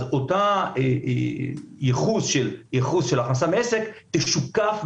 אז אותו ייחוס של הכנסה מעסק תשוקף,